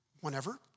whenever